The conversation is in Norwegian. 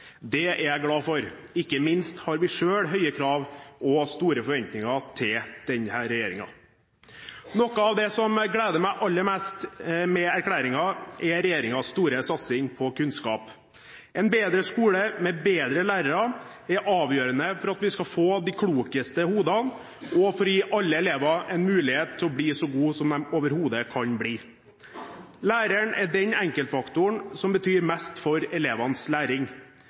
Det er jeg glad for – ikke minst har vi selv høye krav og store forventninger til denne regjeringen. Noe av det som gleder meg aller mest med erklæringen, er regjeringens store satsing på kunnskap. En bedre skole med bedre lærere er avgjørende for at vi skal få de klokeste hodene og for å gi alle elever en mulighet til å bli så gode som de overhodet kan bli. Læreren er den enkeltfaktoren som betyr mest for elevenes læring.